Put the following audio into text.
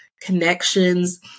connections